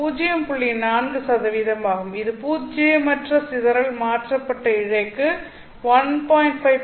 4 ஆகும் இது பூஜ்ஜியமற்ற சிதறல் மாற்றப்பட்ட இழைக்கு 1